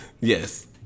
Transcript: Yes